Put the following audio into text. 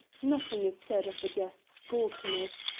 nothing's said of a guest's gawkiness,